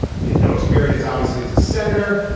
he had no experience obviously as a senator.